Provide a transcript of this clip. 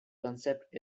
concept